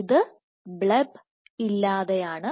ഇത് ബ്ലെബ് ഇല്ലാതെയാണ്